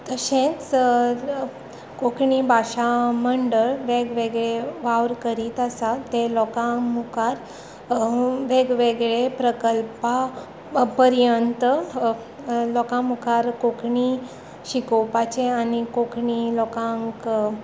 तशेंच कोंकणी भाशा मंडळ वेग वेगळे वावर करीत आसा ते लोकां मुखार वेग वेगळ्या प्रकल्पा पर्यांत लोकां मुखार कोंकणी शिकोवपाचें आनी कोंकणी लोकांक